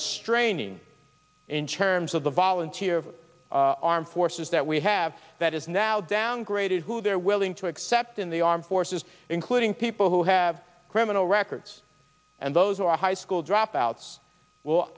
is straining in terms of the volunteer armed forces that we have that is now down graded who they're willing to accept in the armed forces including people who have criminal records and those who are high school dropouts will